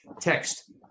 Text